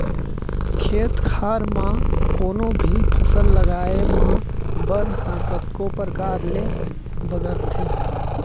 खेत खार म कोनों भी फसल लगाए म बन ह कतको परकार ले बगरथे